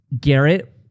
Garrett